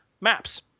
maps